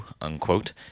unquote